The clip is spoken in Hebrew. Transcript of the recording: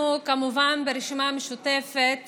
כמובן, אנחנו ברשימה המשותפת